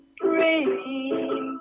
dream